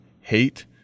hate